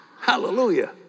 Hallelujah